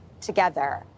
together